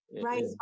right